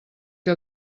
que